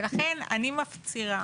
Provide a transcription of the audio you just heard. ולכן אני מפצירה